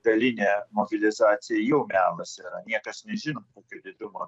dalinė mobilizacija jau melas yra niekas nežino kokio didumo